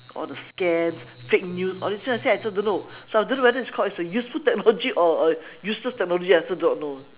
all the scams fake news all these things I say I also don't know so I don't know whether it's called it's a useful technology or or useless technology I also do not know